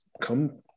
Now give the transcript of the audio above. come